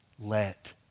let